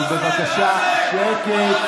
אבל בבקשה שקט.